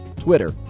Twitter